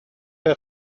der